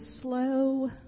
slow